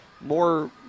more